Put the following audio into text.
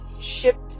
shipped